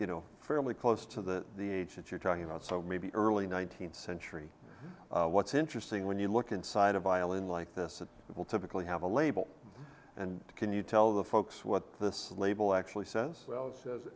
you know fairly close to the the age that you're talking about so maybe early nineteenth century what's interesting when you look inside a violin like this that it will typically have a label and can you tell the folks what this label actually says